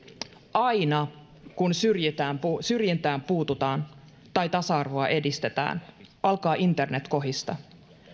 aina kun syrjintään syrjintään puututaan tai tasa arvoa edistetään alkaa internet kohista